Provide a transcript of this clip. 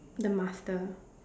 the master